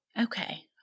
Okay